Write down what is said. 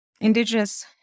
Indigenous